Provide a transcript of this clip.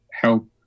help